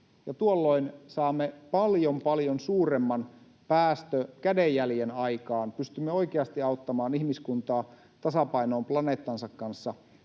tuolloin saamme paljon, paljon suuremman päästökädenjäljen aikaan, pystymme oikeasti auttamaan ihmiskuntaa tasapainoon planeettansa kanssa